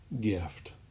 gift